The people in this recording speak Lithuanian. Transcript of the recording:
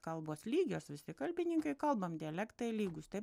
kalbos lygios vis tik kalbininkai kalbam dialektai lygūs taip